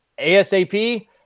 ASAP